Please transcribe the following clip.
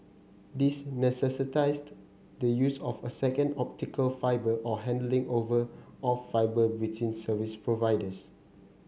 these necessitated the use of a second optical fibre or handing over of fibre between service providers